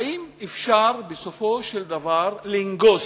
האם אפשר בסופו של דבר לנגוס